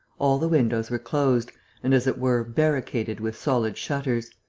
all the windows were closed and, as it were, barricaded with solid shutters.